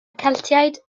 celtiaid